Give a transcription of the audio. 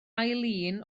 eileen